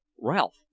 Ralph